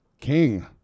King